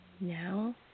Now